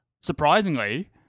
Surprisingly